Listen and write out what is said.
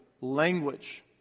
language